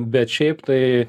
bet šiaip tai